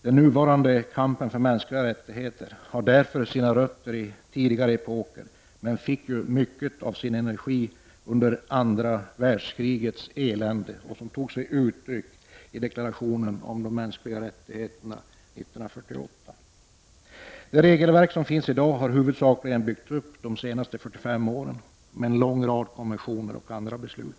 Den nuvarande kampen för mänskliga rättigheter har därför sina rötter i tidigare epoker men fick mycket av sin energi ur andra världskrigets elände och tog sig uttryck i deklarationen om de mänskliga rättigheterna 1948. Det regelverk som finns i dag har huvudsakligen byggts upp under de senaste 45 åren med en lång rad konventioner och andra beslut.